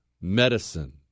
medicine